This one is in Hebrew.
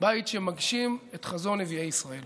בית שמגשים את חזון נביאי ישראל.